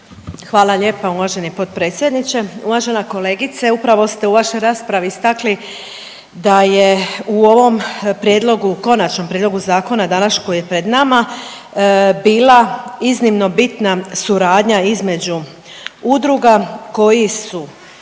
Hvala lijepa uvaženi potpredsjedniče, uvažena kolegice, upravo ste u vašoj raspravi istakli da je u ovom prijedlogu, konačnom prijedlogu zakona danas koji je pred nama bila iznimno bitna suradnja između udruga koji su